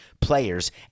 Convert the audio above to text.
players